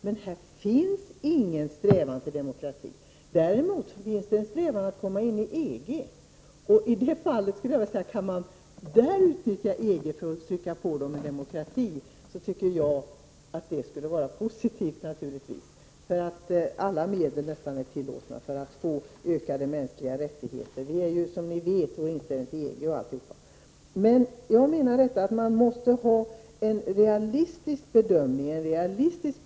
Men här finns ingen strävan till demokrati. Däremot finns det strävan att komma in i EG. Jag skulle naturligtvis tycka att det var positivt om det gick att i det fallet utnyttja EG för att trycka på kravet om demokrati. Alla medel är tillåtna för att uppnå ökade mänskliga rättigheter. Ni vet ju vår inställning till EG, osv. Men det måste vara en realistisk bedömning och beskrivning.